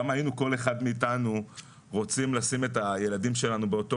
כמה כל אחד מאתנו היה רוצה לשים את הילדים שלנו באותו